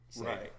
Right